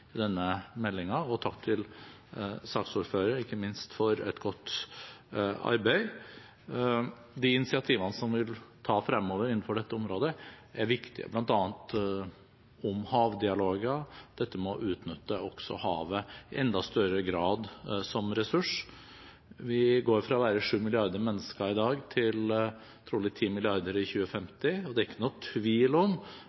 i denne meldingen, og takk til saksordføreren, ikke minst, for et godt arbeid. De initiativene som vi vil ta fremover innenfor dette området, er viktige, bl.a. om havdialoger, dette med å utnytte havet i enda større grad som ressurs. Vi går fra å være 7 milliarder mennesker i dag til trolig 10 milliarder mennesker i